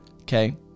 Okay